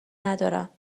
ندارم